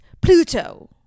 Pluto